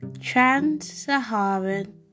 Trans-Saharan